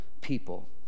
people